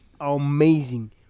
amazing